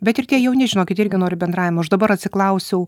bet ir tie jauni žinokit irgi nori bendravimo aš dabar atsiklausiau